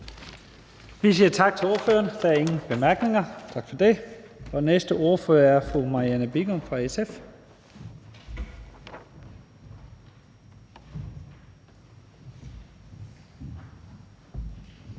Vi siger tak til ordføreren. Der er ingen korte bemærkninger. Næste ordfører er fru Marianne Bigum fra SF.